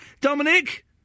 Dominic